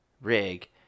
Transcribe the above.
rig